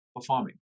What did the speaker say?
performing